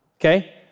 okay